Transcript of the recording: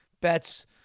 bets